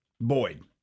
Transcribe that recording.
Boyd